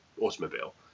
automobile